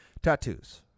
tattoos